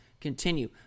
continue